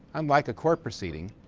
unlike a court proceeding,